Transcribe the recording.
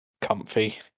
comfy